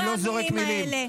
אני לא זורק מילים.